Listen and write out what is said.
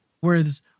Whereas